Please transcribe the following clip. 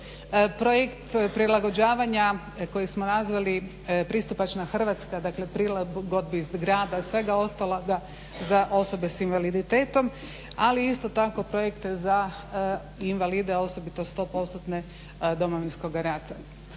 projekt prilagođavanja koji smo nazvali pristupačna Hrvatska dakle prilagodbi iz grada i svega ostaloga za osobe s invaliditetom, ali isto tako projekt za invalide osobito sto postotne Domovinskoga rata.